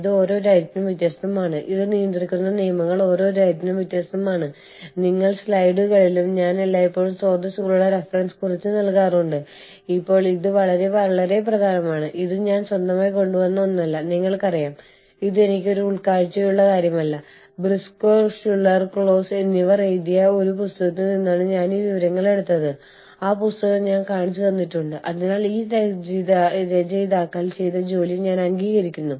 അതിനാൽ മാതൃരാജ്യത്തിനുള്ളിൽ നിങ്ങൾക്ക് പൌരന്മാരുണ്ടാകാം നിങ്ങൾക്ക് ആ രാജ്യത്ത് ജനിച്ച പ്രൊഫഷണലുകൾ ഉണ്ടായിരിക്കാം വിദേശത്തു ജനിച്ച പ്രൊഫഷണലുകൾ നിങ്ങൾക്ക് ഉണ്ടായിരിക്കാം രാജ്യം എ യിൽ സേവനമനുഷ്ഠിക്കുന്ന ആളുകൾ അത് X എന്ന സ്ഥാപനത്തിന്റെ പ്രവർത്തനത്തിന് സംഭാവന നൽകുന്നു